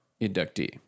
inductee